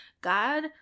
God